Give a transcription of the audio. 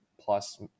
plus